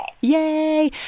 Yay